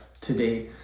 today